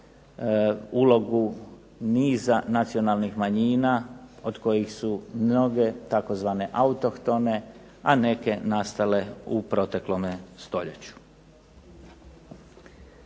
ulogu niza nacionalnih manjina od kojih su mnoge tzv. autohtone a neke nastale u proteklome stoljeću.